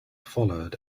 followed